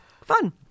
Fun